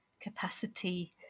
capacity